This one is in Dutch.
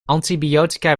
antibiotica